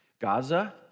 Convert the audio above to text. Gaza